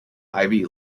ivy